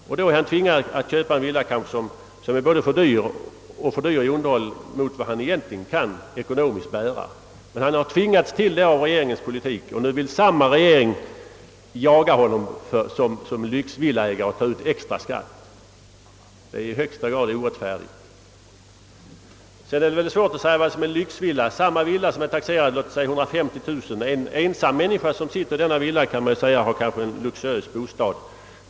Han är då kanske tvingad att köpa en villa, som för honom är både dyrare i inköp och underhåll än han egentligen ekonomiskt kan bära. Men han har tvingats därtill på grund av regeringens politik. Nu vill samma regering jaga honom som lyxvillaägare och ta ut en extra skatt. Detta är någonting i högsta grad orättfärdigt. Hur bestämmer man vad som är lyxvilla eller inte? Låt oss säga att en villa är taxerad för 150 000 kronor. Om en ensam människa innehar denna villa, kan det kanske sägas att han har en luxuös bostad.